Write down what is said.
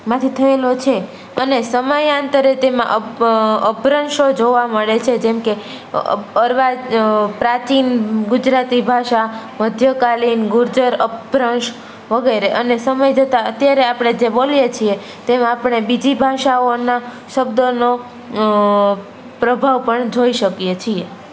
માંથી થયેલો છે અને સમયાંતરે તેમાં અપ અપભ્રંશો જોવા મળે છે જેમકે અર્વા પ્રાચીન ગુજરાતી ભાષા મધ્યકાલીન ગુર્જર અપભ્રંશ વગેરે અને સમય જતાં અત્યારે આપણે જે બોલીએ છીએ તેમાં આપણે બીજી ભાષાઓના શબ્દનો પ્રભાવ પણ જોઈ શકીએ છીએ